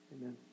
amen